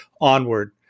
onward